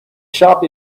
shop